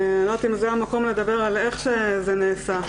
אני לא יודעת אם זה המקום לדבר על איך שזה נעשה.